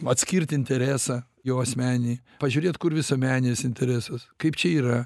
atskirt interesą jo asmeninį pažiūrėt kur visuomeninis interesas kaip čia yra